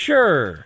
Sure